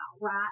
right